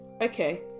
Okay